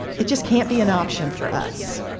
it just cannot be an option for us.